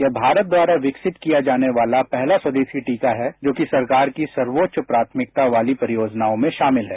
यह भारत द्वारा विकसित किया जाने वाला पहला स्वदेशी टीका है जो कि सरकार की सर्वोच्चप्राथमिकता वाली परियोजनाओं में श्रामिल है